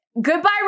Goodbye